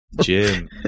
Jim